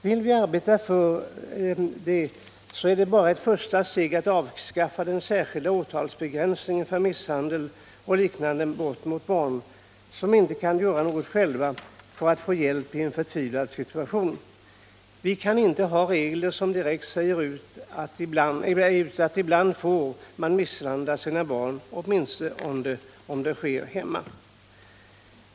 Vill vi arbeta för det, så är ett första steg att avskaffa den särskilda åtalsbegränsningen för misshandel och liknande brott mot barn, som inte kan göra något själva för att få hjälp i en förtvivlad situation. Vi kan inte ha regler som direkt säger ut att man ibland får misshandla sina barn, åtminstone om det sker hemma.